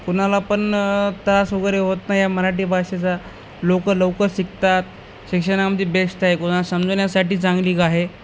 कोणाला पण त्रास वगैरे होत नाही या मराठी भाषेचा लोक लवकर शिकतात शिक्षणामध्ये बेस्त आहे कोणाला समजवण्यासाठी चांगली ग आहे